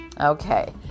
Okay